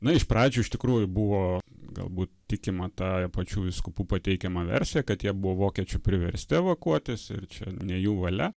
na iš pradžių iš tikrųjų buvo galbūt tikima ta pačių vyskupų pateikiama versija kad jie buvo vokiečių priversti evakuotis ir čia ne jų valia